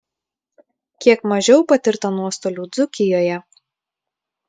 kiek mažiau patirta nuostolių dzūkijoje